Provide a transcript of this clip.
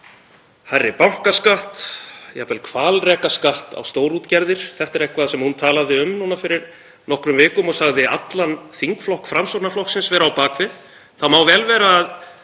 á hærri bankaskatt, jafnvel hvalrekaskatt á stórútgerðir. Þetta er eitthvað sem hún talaði um núna fyrir nokkrum vikum og sagði allan þingflokk Framsóknarflokksins vera á bak við. Það má vel vera að